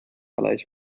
allies